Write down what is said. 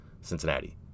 Cincinnati